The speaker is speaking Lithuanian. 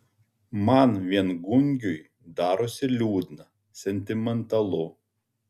man viengungiui darosi liūdna sentimentalu